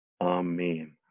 Amen